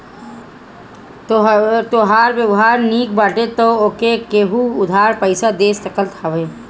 तोहार व्यवहार निक बाटे तअ तोहके केहु उधार पईसा दे सकत हवे